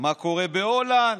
מה קורה בהולנד,